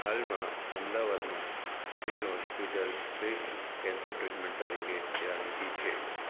હાલમાં અમદાવાદમાં civil hospital best cancer treatment તરીકે જાણીતી છે